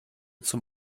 zum